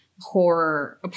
horror